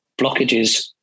blockages